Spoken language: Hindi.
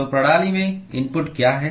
तो प्रणाली में इनपुट क्या है